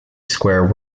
square